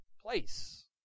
place